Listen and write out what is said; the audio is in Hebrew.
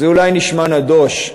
זה אולי נשמע נדוש,